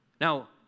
Now